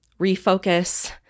refocus